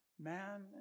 man